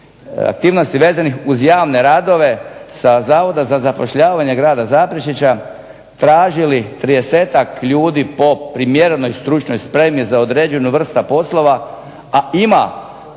aktivnosti vezanih uz javne radove sa Zavoda za zapošljavanje grada Zaprešića tražili 30-ak ljudi po primjerenoj stručnoj spremi za određenu vrstu poslova, a ima